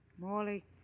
Morley